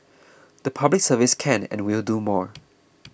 the Public Service can and will do more